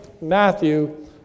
Matthew